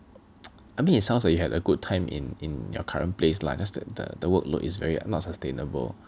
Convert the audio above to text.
I mean it sounds like you had a good time in in your current place lah just that the workload is very not sustainable